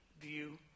view